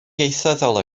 ieithyddol